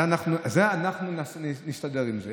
זה, אנחנו נסתדר עם זה.